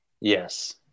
Yes